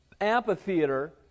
amphitheater